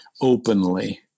openly